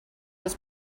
was